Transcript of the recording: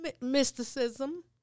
Mysticism